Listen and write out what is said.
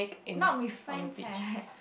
not with friends leh